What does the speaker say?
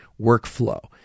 workflow